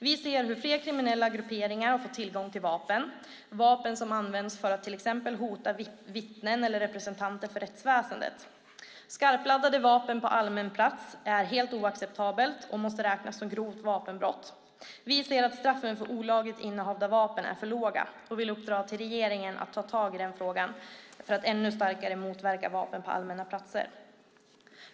Vi ser hur fler kriminella grupperingar har fått tillgång till vapen som används för att till exempel hota vittnen eller representanter för rättsväsendet. Skarpladdade vapen på allmän plats är helt oacceptabelt och måste räknas som grovt vapenbrott. Vi ser att straffen för olagligt innehav av vapen är för låga och vill uppdra åt regeringen att ta tag i denna fråga för att ännu starkare motverka vapen på allmänna platser.